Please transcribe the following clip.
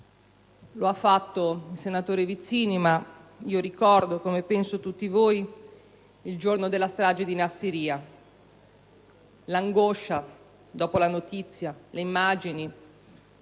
Lo ha indicato il senatore Vizzini; e io ricordo, come penso tutti voi, il giorno della strage di Nassiriya: l'angoscia dopo la notizia, le immagini,